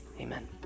amen